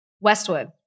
Westwood